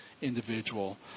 individual